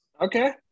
Okay